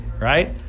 right